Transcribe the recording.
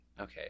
okay